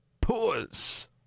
Pause